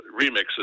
remixes